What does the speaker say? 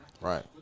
Right